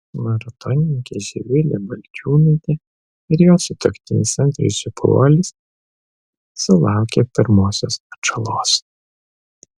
maratonininkė živilė balčiūnaitė ir jos sutuoktinis andrius žebuolis sulaukė pirmosios atžalos